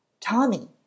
Tommy